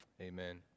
Amen